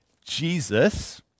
Jesus